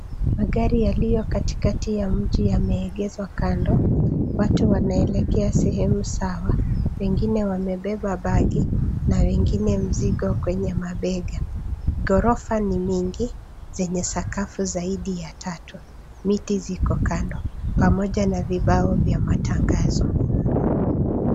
Magari yaliyo katikati ya mji yameegezwa kando, watu wanaelekea sehemu sawa, wengine wamebeba bagi na wengine mzigo kwenye mabega. Ghorofa ni mingi, zenye sakafu zaidi ya tatu. Miti ziko kando, pamoja na vibao vya matangazo.